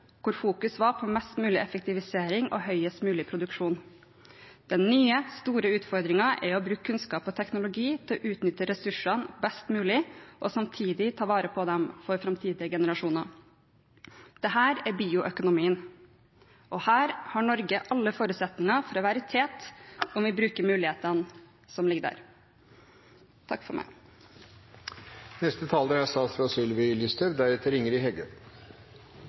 hvor fokus var på mest mulig effektivisering og høyest mulig produksjon. Den nye, store utfordringen er å bruke kunnskap og teknologi til å utnytte ressursene best mulig og samtidig ta vare på dem for framtidige generasjoner. Dette er bioøkonomi, og her har Norge alle forutsetninger for å være i tet om vi bruker mulighetene som ligger der.